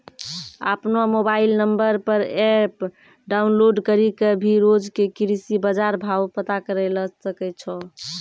आपनो mobile number पर app download करी कॅ भी रोज के कृषि बाजार भाव पता करै ल सकै छो